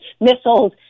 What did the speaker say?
missiles